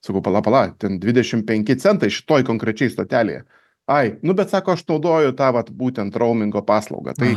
sakau pala pala ten dvidešim penki centai šitoj konkrečiai stotelėje ai nu bet sako aš naudoju tą vat būtent roumingo paslaugą tai